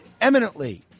eminently